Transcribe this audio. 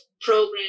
program